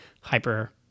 hyper